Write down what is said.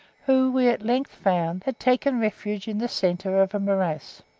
who, we at length found, had taken refuge in the centre of a morass.